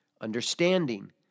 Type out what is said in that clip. Understanding